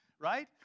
right